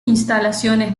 instalaciones